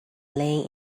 lay